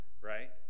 Right